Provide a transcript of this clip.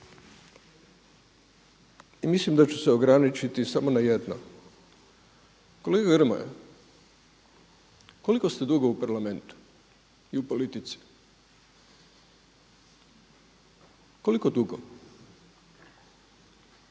I mislim da ću se ograničiti samo na jedno. Kolega Grmoja koliko ste dugo u Parlamentu i u politici? Koliko dugo? Pogledajte